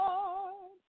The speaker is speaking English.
Lord